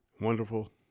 wonderful